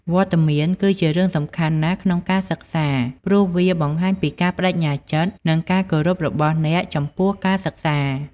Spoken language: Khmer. វត្តមានគឺជារឿងសំខាន់ណាស់ក្នុងការសិក្សា ព្រោះវាបង្ហាញពីការប្តេជ្ញាចិត្ត និងការគោរពរបស់អ្នកចំពោះការសិក្សា។